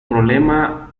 problema